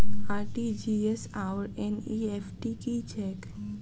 RTGS आओर NEFT की छैक?